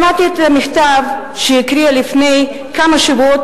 שמעתי את המכתב שהקריאה לפני כמה שבועות